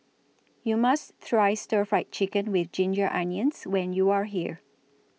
YOU must Try Stir Fry Chicken with Ginger Onions when YOU Are here